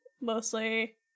mostly